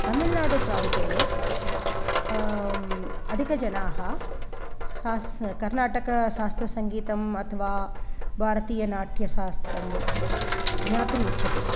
तमिल्नाडुप्रान्ते अधिकजनाः शास्त्रं कर्नाटकशास्त्रसङ्गीतम् अथवा भारतीयनाट्य शास्त्रं ज्ञातुम् इच्छन्ति